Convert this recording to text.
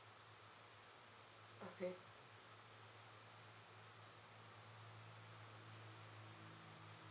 okay